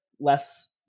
less